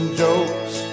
jokes